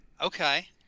Okay